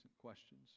questions